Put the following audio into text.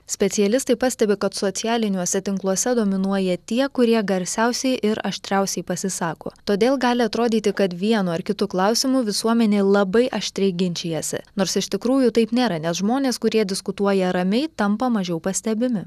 specialistai pastebi kad socialiniuose tinkluose dominuoja tie kurie garsiausiai ir aštriausiai pasisako todėl gali atrodyti kad vienu ar kitu klausimu visuomenė labai aštriai ginčijasi nors iš tikrųjų taip nėra nes žmonės kurie diskutuoja ramiai tampa mažiau pastebimi